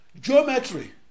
Geometry